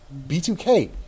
B2K